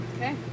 Okay